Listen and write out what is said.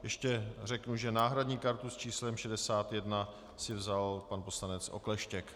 Ještě řeknu, že náhradní kartu s číslem 61 si vzal pan poslanec Okleštěk.